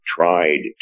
tried